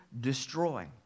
destroy